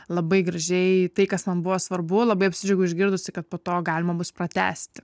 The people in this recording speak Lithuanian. labai gražiai tai kas man buvo svarbu labai apsidžiaugiau išgirdusi kad po to galima bus pratęsti